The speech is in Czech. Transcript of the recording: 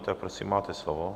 Tak prosím, máte slovo.